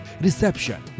reception